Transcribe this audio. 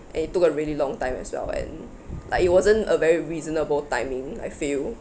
and it took a really long time as well and like it wasn't a very reasonable timing I feel